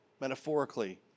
metaphorically